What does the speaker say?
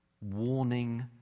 warning